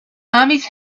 armies